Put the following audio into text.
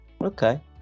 okay